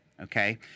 okay